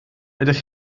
ydych